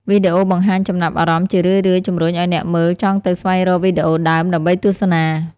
វីដេអូបង្ហាញចំណាប់អារម្មណ៍ជារឿយៗជម្រុញឱ្យអ្នកមើលចង់ទៅស្វែងរកវីដេអូដើម ដើម្បីទស្សនា។